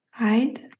right